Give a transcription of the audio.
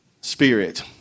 spirit